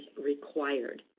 required.